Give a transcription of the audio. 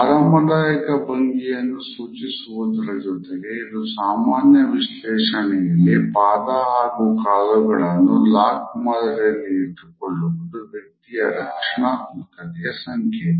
ಆರಾಮದಾಯಕ ಭಂಗಿಯನ್ನು ಸೂಚಿಸುವುದರ ಜೊತೆಗೆ ಇದು ಸಾಮಾನ್ಯ ವಿಶ್ಲೇಷಣೆಯಲ್ಲಿ ಪಾದ ಹಾಗೂ ಕಾಲುಗಳನ್ನು ಲಾಕ್ ಮಾದರಿಯಲ್ಲಿ ಇಟ್ಟುಕೊಳ್ಳುವುದು ವ್ಯಕ್ತಿಯ ರಕ್ಷಣಾತ್ಮಕತೆ ಯ ಸಂಕೇತ